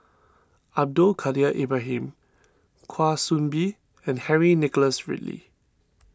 Abdul Kadir Ibrahim Kwa Soon Bee and Henry Nicholas Ridley